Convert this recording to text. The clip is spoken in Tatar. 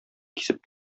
кисеп